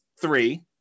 three